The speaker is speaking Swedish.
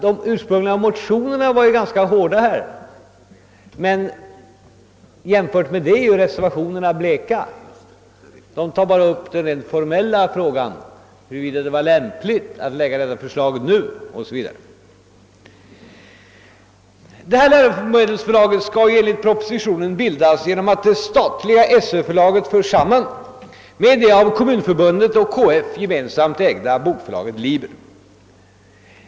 De ursprungliga motionerna var ganska hårda, och jämfört med dem ter sig reservationerna bleka; de tar bara upp den rent formella frågan om huruvida det var lämpligt att framlägga förslaget just nu. rativa förbundet gemensamt ägda Bokförlaget Liber AB.